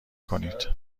کنید